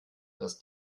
dass